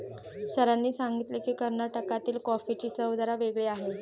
सरांनी सांगितले की, कर्नाटकातील कॉफीची चव जरा वेगळी आहे